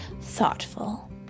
thoughtful